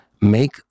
make